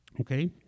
okay